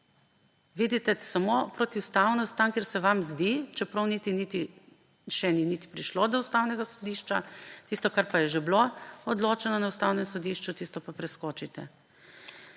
vidite samo tam, kjer se vam zdi, čeprav niti še ni prišlo do Ustavnega sodišča, tisto, kar je že bilo odločeno na Ustavnem sodišču, pa preskočite.